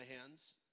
hands